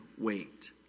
wait